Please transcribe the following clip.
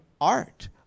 art